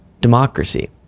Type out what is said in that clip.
democracy